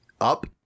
Up